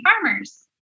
farmers